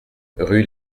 rue